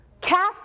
Cast